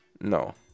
No